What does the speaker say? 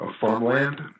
farmland